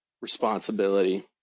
responsibility